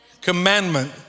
commandment